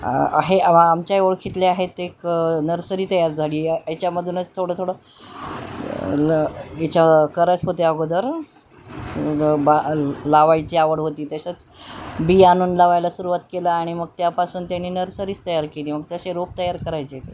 आहे आमच्या ओळखीतले आहेत एक नर्सरी तयार झाली याच्यामधूनच थोडं थोडं ल याच्या करत होते अगोदर बा लावायची आवड होती तसेच बी आ आणून लावायला सुरवात केलं आणि मग त्यापासून त्यानी नर्सरीच तयार केली मग तसे रोप तयार करायचे ते